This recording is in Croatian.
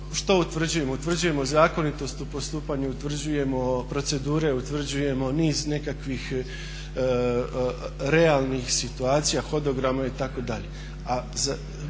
što utvrđujemo. Utvrđujemo zakonitost u postupanju, utvrđujemo procedure, utvrđujemo niz nekakvih realnih situacija, hodograma itd.